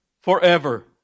forever